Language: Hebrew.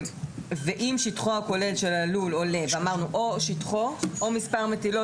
ואם שטחו הכולל של הלול עולה על ואמרנו או שטחו או מספר מטילות,